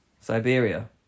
Siberia